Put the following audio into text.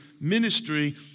ministry